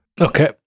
Okay